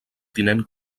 tinent